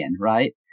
right